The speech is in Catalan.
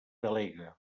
delegue